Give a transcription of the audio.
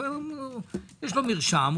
יש לו מרשם,